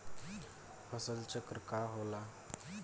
फसल चक्र का होला?